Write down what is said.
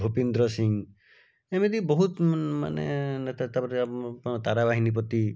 ଭୁପିନ୍ଦ୍ର ସିଂ ଏମିତି ବହୁତ ମାନେ ନେତା ତାପରେ ଆମ ତାରାବାହିନୀ ପତି